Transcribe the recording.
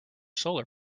solar